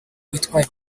nitwaye